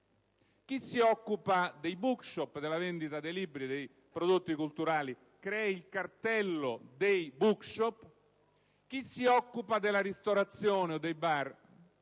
chi si occupa dei *bookshop*, della vendita di libri e prodotti culturali, faccia il cartello dei *bookshop*, chi si occupa della ristorazione o dei bar